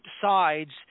sides